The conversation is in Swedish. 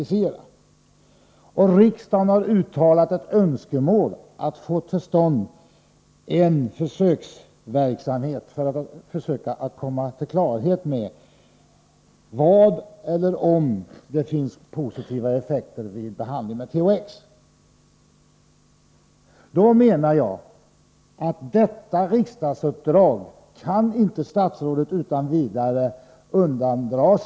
Jag menar att om riksdagen har uttalat ett önskemål att man skall få till stånd en försöksverksamhet syftande till att skapa klarhet i huruvida det finns positiva effekter av behandling med THX, kan statsrådet inte utan vidare undandra sig detta riksdagsuppdrag.